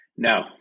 No